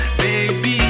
baby